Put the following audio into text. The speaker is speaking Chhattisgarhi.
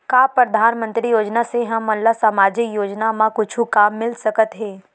का परधानमंतरी योजना से हमन ला सामजिक योजना मा कुछु काम मिल सकत हे?